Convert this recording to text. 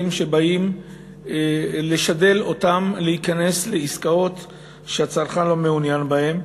שבאים לשדל אותו להיכנס לעסקאות שהצרכן לא מעוניין בהן,